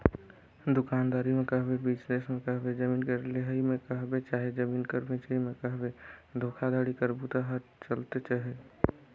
दुकानदारी में कहबे, बिजनेस में कहबे, जमीन कर लेहई में कहबे चहे जमीन कर बेंचई में कहबे धोखाघड़ी कर बूता हर चलते अहे